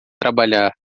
trabalhar